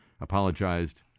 apologized